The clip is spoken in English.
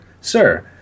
Sir